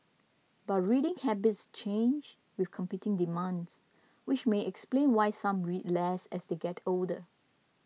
but reading habits change with competing demands which may explain why some read less as they get older